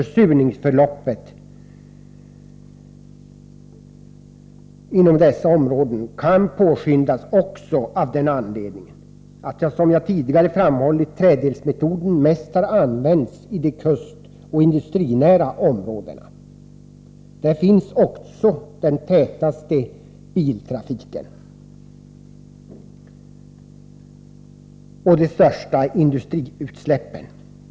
Försurningsförloppet inom dessa områden kan påskyndas också av den anledningen att, som jag tidigare framhållit, träddelsmetoden mest har använts i de kustoch industrinära områdena. Där finns också den tätaste biltrafiken och de största industriutsläppen.